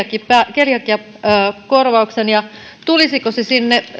keliakiakorvauksen tulisiko se sinne